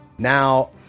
Now